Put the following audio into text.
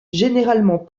généralement